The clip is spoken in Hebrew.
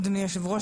אדוני היושב-ראש,